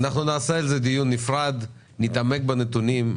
נעשה על זה דיון נפרד, נתעמק בנתונים.